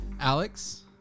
Alex